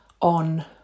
on